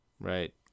Right